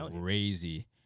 crazy